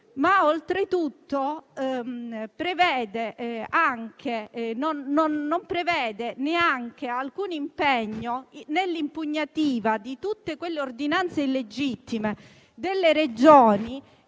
oltretutto non prevede alcun impegno nell'impugnativa di tutte quelle ordinanze illegittime delle Regioni,